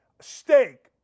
steak